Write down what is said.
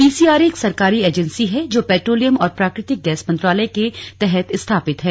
PCRA एक सरकारी agency है जो पेट्रोलियम और प्राकृतिक गैस मंत्रालय के तहत स्थापित है